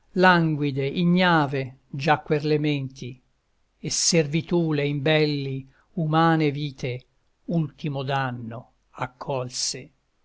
languide ignave giacquer le menti e servitù le imbelli umane vite ultimo danno accolse